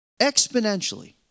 Exponentially